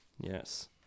Yes